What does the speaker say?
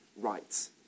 rights